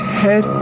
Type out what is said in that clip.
head